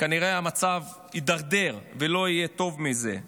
כנראה המצב יידרדר ולא יהיה טוב מזה.